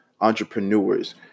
entrepreneurs